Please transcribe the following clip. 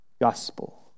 Gospel